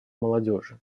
молодежи